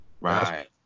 Right